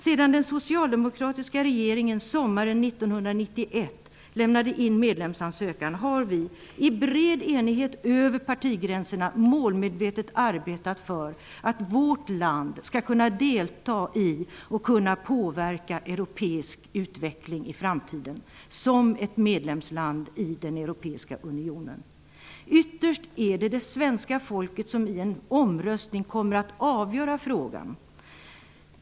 Sedan den socialdemokratiska regeringen sommaren 1991 lämnade in medlemsansökan har vi i bred enighet och över partigränserna målmedvetet arbetat för att vårt land skall kunna delta i och kunna påverka europeisk utveckling i framtiden som ett medlemsland i den europeiska unionen. Ytterst är det det svenska folket som i en omröstning kommer att avgöra frågan.